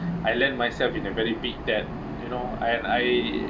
I land myself in a very big debt you know and I